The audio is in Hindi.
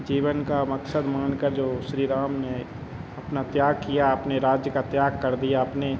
जीवन का मक़सद मानकर जो श्री राम ने अपना त्याग किया अपने राज्य का त्याग कर दिया अपने